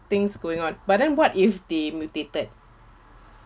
things going on but then what if they mutated